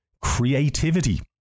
creativity